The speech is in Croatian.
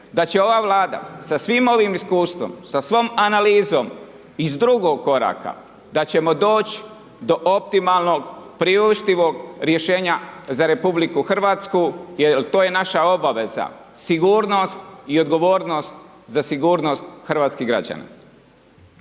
da će ova Vlada sa svim ovim iskustvom, sa svom analizom iz drugog koraka, da ćemo doći do optimalnog, priuštivog rješenja za RH jer to je naša obaveza. Sigurnost i odgovornost za sigurnost hrvatskih građana.